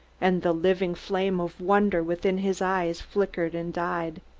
and the living flame of wonder within his eyes flickered and died.